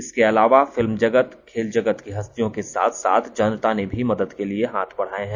इसके अलावा फिल्म जगत खेल जगत की हस्त्यों के साथ्ज्ञ आम जनता ने भी मदद के लिए हाथ बढ़ाए हैं